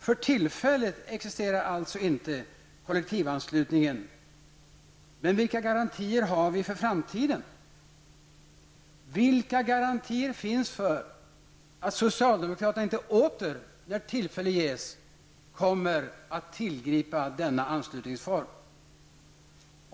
För tillfället existerar alltså inte kollektivanslutningen, men vilka garantier har vi för framtiden? Vilka garantier finns för att socialdemokraterna inte åter, när tillfälle ges, kommer att tillgripa denna anslutningsform?